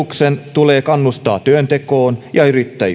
tulee kannustaa työntekoon ja yrittäjyyteen työn